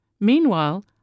Meanwhile